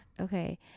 okay